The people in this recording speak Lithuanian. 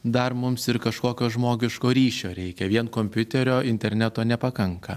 dar mums ir kažkokio žmogiško ryšio reikia vien kompiuterio interneto nepakanka